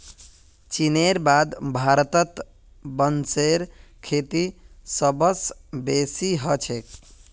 चीनेर बाद भारतत बांसेर खेती सबस बेसी ह छेक